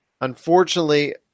unfortunately